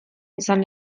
izan